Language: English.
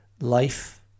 life